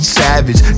savage